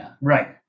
Right